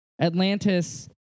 Atlantis